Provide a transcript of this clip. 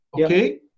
okay